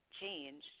changed